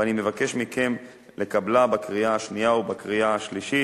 ואני מבקש מכם לקבלה בקריאה השנייה ובקריאה השלישית.